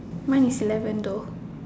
mine is eleven though